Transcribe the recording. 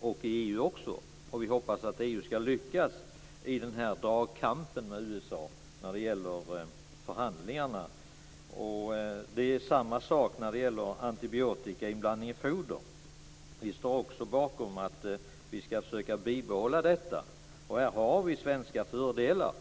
och i EU. Vi hoppas att EU skall lyckas i dragkampen mot USA i förhandlingarna. Samma sak gäller i frågan om att blanda in antibiotika i foder. Vi står också bakom den frågan. Här finns svenska fördelar.